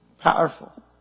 Powerful